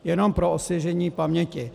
Jenom pro osvěžení paměti.